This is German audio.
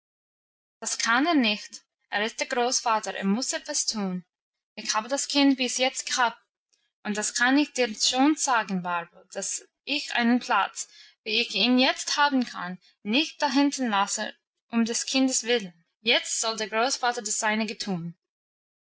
das kann er nicht er ist der großvater er muss etwas tun ich habe das kind bis jetzt gehabt und das kann ich dir schon sagen barbel dass ich einen platz wie ich ihn jetzt haben kann nicht dahinten lasse um des kindes willen jetzt soll der großvater das seinige tun